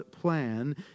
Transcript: plan